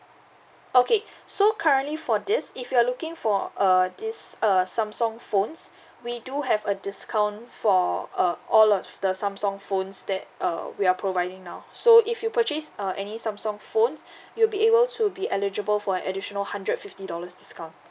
okay so currently for this if you're looking for err this err samsung phones we do have a discount for err all of the samsung phones that uh we are providing now so if you purchase uh any samsung phones you'll be able to be eligible for an additional hundred fifty dollars discount